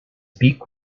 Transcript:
beak